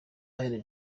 alain